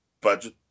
budget